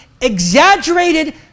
exaggerated